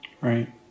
Right